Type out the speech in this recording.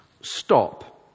Stop